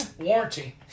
warranty